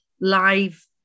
live